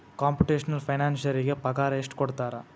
Computational ಫೈನಾನ್ಸರಿಗೆ ಪಗಾರ ಎಷ್ಟ್ ಕೊಡ್ತಾರ?